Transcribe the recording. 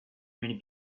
many